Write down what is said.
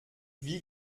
wie